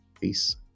peace